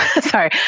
Sorry